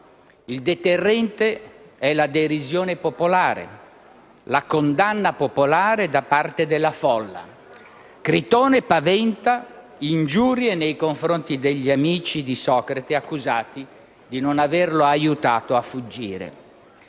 Il deterrente è la derisione popolare, la condanna popolare da parte della folla. Critone paventa ingiurie nei confronti degli amici di Socrate, accusati di non averlo aiutato a fuggire,